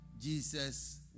Jesus